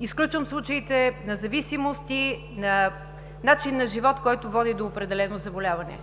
Изключвам случаите на зависимости, на начин на живот, който води до определено заболяване.